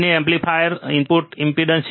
તેથી તે તમારો કોમનમોડ ઇનપુટ ઇમ્પેડન્સ હશે